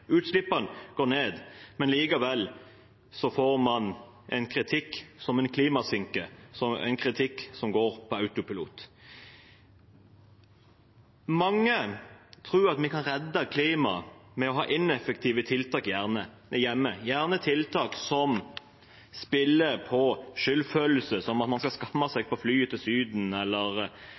Utslippene går ned, men likevel får man kritikk for å være en klimasinke – en kritikk som går på autopilot. Mange tror at vi kan redde klimaet ved å ha ineffektive tiltak hjemme, gjerne tiltak som spiller på skyldfølelse: at man skal skamme seg på flyet til Syden, at man skal fortelle folk hvor klimafiendtlig biffen man spiser, er, eller